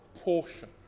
portion